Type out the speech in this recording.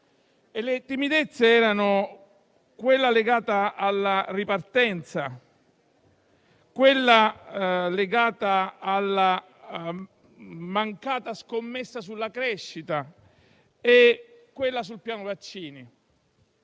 Le timidezze erano le seguenti: quella legata alla ripartenza, quella legata alla mancata scommessa sulla crescita e quella sul piano vaccini.